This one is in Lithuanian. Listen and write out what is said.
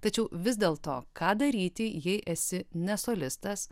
tačiau vis dėl to ką daryti jei esi ne solistas